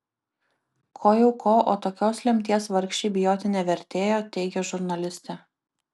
ko jau ko o tokios lemties vargšei bijoti nevertėjo teigia žurnalistė